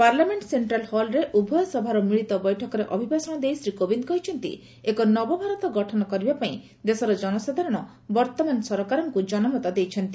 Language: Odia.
ପାର୍ଲାମେଣ୍ଟ ସେଣ୍ଟ୍ରାଲ୍ ହଲ୍ରେ ଉଭୟ ସଭାର ମିଳିତ ବୈଠକରେ ଅଭିଭାଷଣ ଦେଇ ଶ୍ରୀ କୋବିନ୍ଦ୍ କହିଛନ୍ତି ଏକ ନବଭାରତ ଗଠନ କରିବାପାଇଁ ଦେଶର ଜନସାଧାରଣ ବର୍ତ୍ତମାନ ସରକାରଙ୍କୁ ଜନମତ ଦେଇଛନ୍ତି